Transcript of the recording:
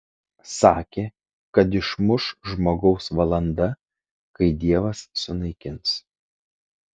sakė kad išmuš žmogaus valanda kai dievas sunaikins